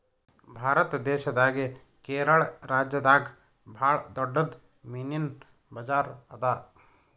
ಭಾರತ್ ದೇಶದಾಗೆ ಕೇರಳ ರಾಜ್ಯದಾಗ್ ಭಾಳ್ ದೊಡ್ಡದ್ ಮೀನಿನ್ ಬಜಾರ್ ಅದಾ